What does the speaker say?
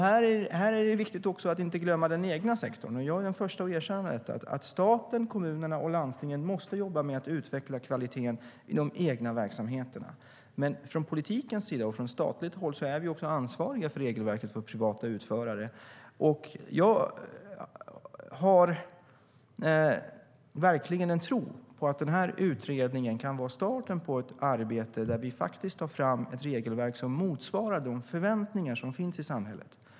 Här är det viktigt att inte glömma den egna sektorn. Jag är den förste att erkänna att staten, kommunerna och landstingen måste jobba med att utveckla kvaliteten i de egna verksamheterna. Men från politikens sida och från statligt håll är vi ansvariga också för regelverket för privata utförare. Jag har verkligen en tro på att utredningen kan vara starten på ett arbete där vi tar fram ett regelverk som motsvarar de förväntningar som finns i samhället.